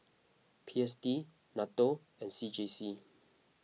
P S D N A T O and C J C